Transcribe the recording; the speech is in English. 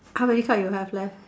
how many card you have left